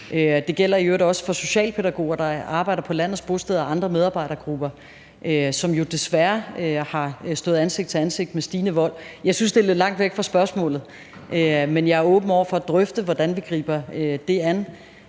Det gælder i øvrigt også for socialpædagoger, der arbejder på landets bosteder, og andre medarbejdergrupper, som jo desværre har stået ansigt til ansigt med stigende vold. Jeg synes, det er lidt langt væk fra spørgsmålet, men jeg er åben over for at drøfte, hvordan vi griber det an.